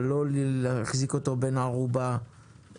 אבל לא להחזיק אותו בן ערובה למצבו.